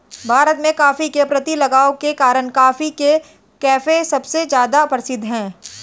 भारत में, कॉफ़ी के प्रति लगाव के कारण, कॉफी के कैफ़े सबसे ज्यादा प्रसिद्ध है